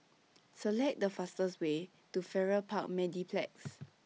Select The fastest Way to Farrer Park Mediplex